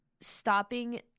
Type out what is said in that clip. stopping